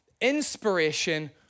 inspiration